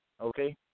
okay